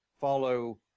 follow